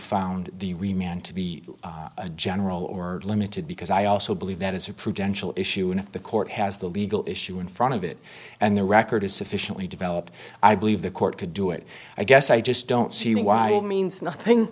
found the remained to be a general or limited because i also believe that is a prudential issue and if the court has the legal issue in front of it and the record is sufficiently developed i believe the court could do it i guess i just don't see why it means nothing